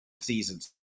seasons